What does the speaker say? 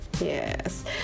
Yes